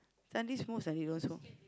then this moves that he was from